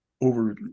over